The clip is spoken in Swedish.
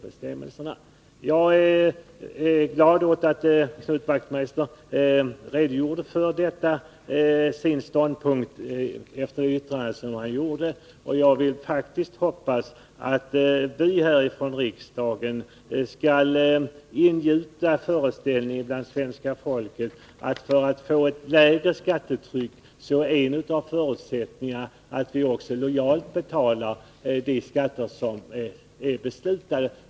Med tanke på det yttrande Knut Wachtmeister fällde tidigare är jag glad åt att han klargjorde sin ståndpunkt, och jag hoppas att vi här i riksdagen skall kunna ingjuta den föreställningen hos svenska folket att en av förutsättning arna för att vi skall få ett lägre skattetryck är att vi lojalt betalar de skatter som är beslutade.